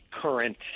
current –